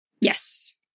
yes